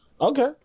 okay